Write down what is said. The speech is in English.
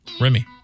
Remy